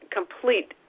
complete